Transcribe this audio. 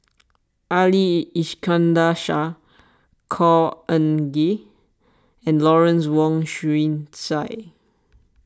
Ali Iskandar Shah Khor Ean Ghee and Lawrence Wong Shyun Tsai